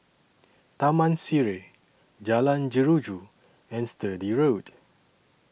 Taman Sireh Jalan Jeruju and Sturdee Road